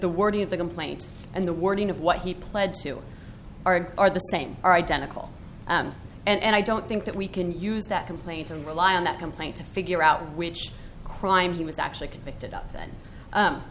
the wording of the complaint and the wording of what he pled to are are the same are identical and i don't think that we can use that complaint and rely on that complaint to figure out which crime he was actually convicted up then